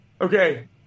Okay